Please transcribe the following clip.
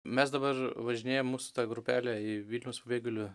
mes dabar važinėjam mūsų ta grupelė į vilniaus pabėgėlių